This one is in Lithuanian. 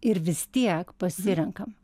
ir vis tiek pasirenkam